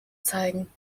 zeigen